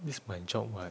this is my job what